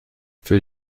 für